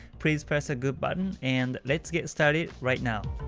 please press a good button, and let's get started right now!